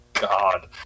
God